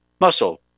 muscle